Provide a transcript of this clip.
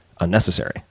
unnecessary